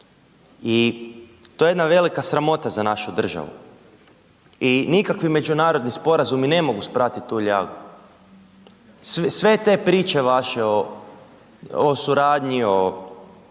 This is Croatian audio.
i to je jedna velika sramota za našu državu i nikakvi međunarodni sporazumi ne mogu sprati tu ljagu, sve te priče vaše o suradnji, o